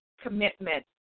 commitment